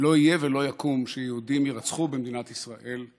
לא יהיה ולא יקום שיהודים יירצחו במדינת ישראל.